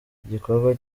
igikorwa